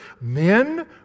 men